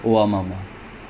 portuguese